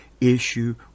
issue